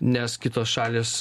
nes kitos šalys